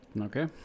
Okay